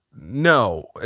No